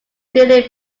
delivered